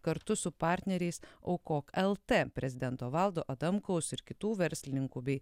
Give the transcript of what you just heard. kartu su partneriais aukok lt prezidento valdo adamkaus ir kitų verslininkų bei